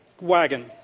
wagon